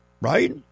Right